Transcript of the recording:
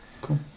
Cool